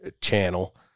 channel